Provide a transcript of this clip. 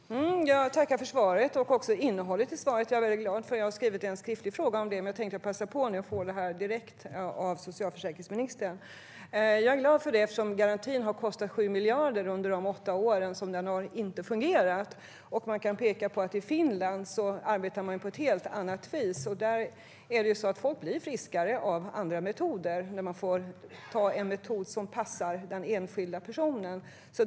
Herr talman! Jag tackar för svaret och också för innehållet i svaret. Jag har lämnat in en skriftlig fråga om detta, men jag ville passa på att få ett svar direkt från socialförsäkringsministern. Garantin har kostat 7 miljarder under de åtta år som den inte har fungerat. I Finland arbetar man på ett helt annat sätt. Där blir folk friskare av andra metoder, när man får använda en metod som passar den enskilda personen.